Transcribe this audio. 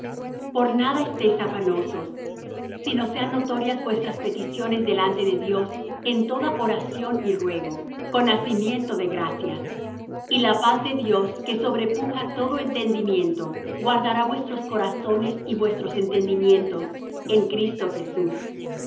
por nada estéis afanosos sino sean notorias vuestras peticiones delante de dios en toda oración y ruego con hacimiento de gracias y la paz de dios que sobrepuja todo entendimiento guardará vuestros corazones y vuestros entendimientos en cristo jesús